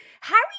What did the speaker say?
Harry